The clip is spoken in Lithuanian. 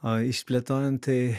o išplėtojant tai